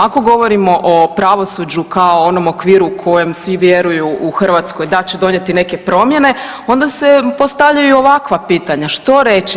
Ako govorimo o pravosuđu kao onom okviru kojem svi vjeruju u Hrvatskoj da će donijeti neke promjene, onda se postavljaju i ovakva pitanja što reći.